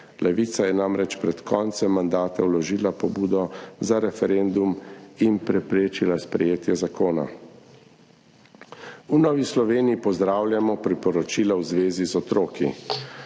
Levica je namreč pred koncem mandata vložila pobudo za referendum in preprečila sprejetje zakona. V Novi Sloveniji pozdravljamo priporočila v zvezi z otroki,